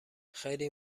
خیلی